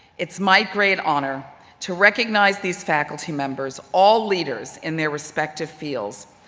it's my great honor to recognize these faculty members, all leaders in their respective fields,